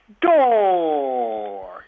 door